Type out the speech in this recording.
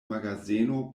magazeno